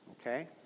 Okay